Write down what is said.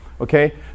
okay